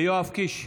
יואב קיש,